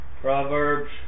Proverbs